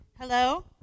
Hello